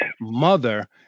mother